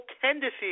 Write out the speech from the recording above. tendency